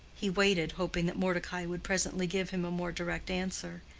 he waited, hoping that mordecai would presently give him a more direct answer.